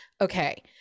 Okay